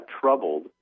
troubled